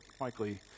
likely